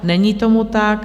Není tomu tak.